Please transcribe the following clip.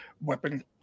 weapon